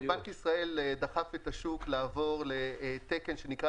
בנק ישראל דחף את השוק לעבור לתקן שנקרא